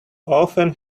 often